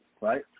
right